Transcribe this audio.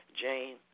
Jane